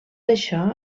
això